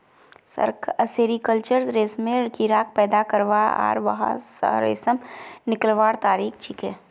sericulture रेशमेर कीड़ाक पैदा करवा आर वहा स रेशम निकलव्वार तरिका छिके